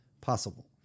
possible